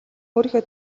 өөрийнхөө